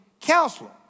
counselor